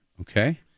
Okay